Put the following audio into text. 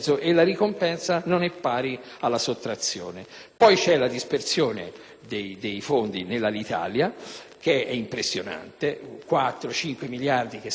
Poi c'è la dispersione dei fondi nell'Alitalia, che è impressionante: 4-5 miliardi che saranno pagati dai cittadini, perché si sono voluti